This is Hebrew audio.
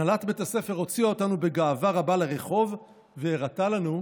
הנהלת בית הספר הוציאה אותנו בגאווה רבה לרחוב והראתה לנו,